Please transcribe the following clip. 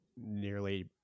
nearly